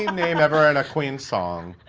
name ever in a queen song